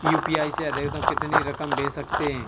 UPI से अधिकतम कितनी रकम भेज सकते हैं?